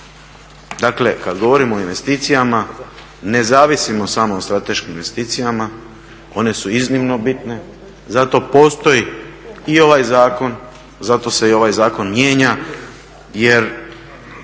Dakle, kad govorimo o investicijama ne zavisimo samo o strateškim investicijama one su iznimno bitne, zato postoji i ovaj zakon, zato se i ovaj zakon mijenja jer